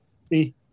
See